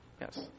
Yes